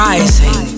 Rising